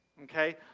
Okay